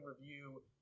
review